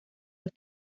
los